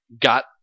got